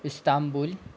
Istanbul